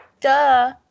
Duh